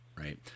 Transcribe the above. Right